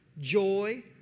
joy